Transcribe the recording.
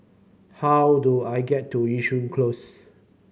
how do I get to Yishun Close